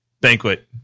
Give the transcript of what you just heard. Banquet